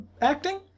acting